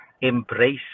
embrace